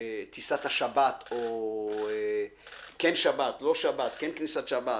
טיסת השבת, כן שבת, לא שבת, כן כניסת שבת,